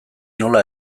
nola